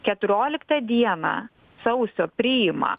keturioliktą dieną sausio priima